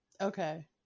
Okay